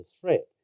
threat